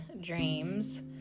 dreams